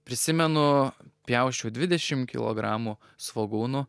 prisimenu pjausčiau dvidešim kilogramų svogūnų